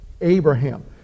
Abraham